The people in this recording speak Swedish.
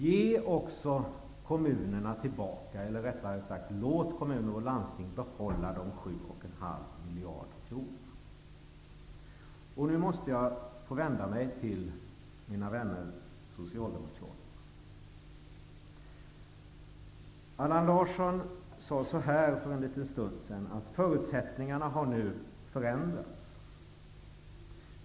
Ge också kommunerna tillbaka - eller rättare sagt låt kommuner och landsting behålla - de 7,5 miljarder kronor som enligt tidigare beslut skall dras in från dem. Och nu måste jag få vända mig till mina vänner socialdemokraterna. Allan Larsson sade för en liten stund sedan att förutsättningarna nu har förändrats.